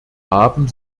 haben